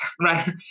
right